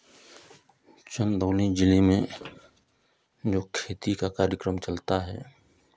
चंदौली जिले में जो खेती का कार्यक्रम चलता है